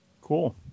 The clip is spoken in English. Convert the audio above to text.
Cool